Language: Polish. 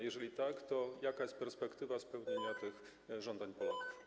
Jeżeli tak, to jaka jest perspektywa spełnienia tych żądań Polaków?